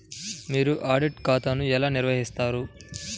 మీరు ఆడిట్ ఖాతాను ఎలా నిర్వహిస్తారు?